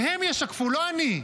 שהם ישקפו, לא אני,